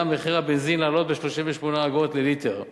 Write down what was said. מחיר הבנזין לעלות ב-38 אגורות לליטר.